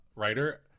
writer